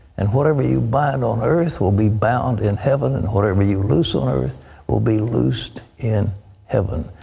and whatever you bind on earth will be bound in heaven. and whatever you loose on earth will be loosed in heaven.